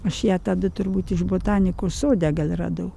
aš ją tada turbūt iš botanikos sode gal radau